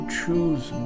choose